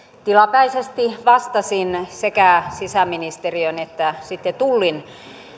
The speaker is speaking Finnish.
tilapäisesti vastasin sekä sisäministeriön että sitten tullin